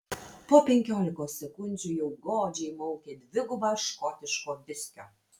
po penkiolikos sekundžių jau godžiai maukė dvigubą škotiško viskio